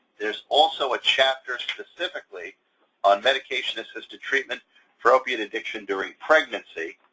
there's also a chapter specifically on medication-assisted treatment for opioid addiction during pregnancy.